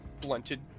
Blunted